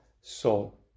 soul